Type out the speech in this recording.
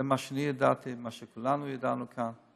זה מה שאני ידעתי, מה שכולנו ידענו כאן.